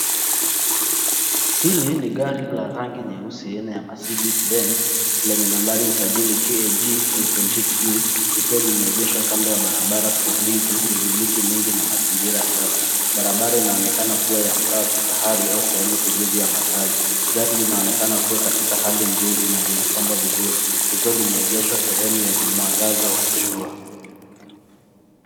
Hili ni gari la rangi nyeusi aina ya Mercedes-Benz , lenye nambari ya usajili KAG 528U likiwa limeegeshwa kando ya barabara tulivu yenye miti mingi na mazingira safi. Barabara inaoneka kuwa ya mtaa wa kifahari au sehemu tulivu ya makazi. Gari linaonekana kuwa katika hali nzuri na limepambwa vizuri ,likiwa limeegeshwa sehemu yenye mwangaza wa jua.